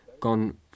gone